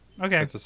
Okay